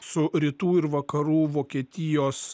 su rytų ir vakarų vokietijos